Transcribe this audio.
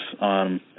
on